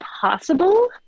possible